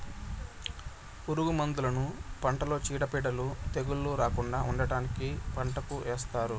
పురుగు మందులను పంటలో చీడపీడలు, తెగుళ్ళు రాకుండా ఉండటానికి పంటకు ఏస్తారు